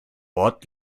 ort